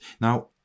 now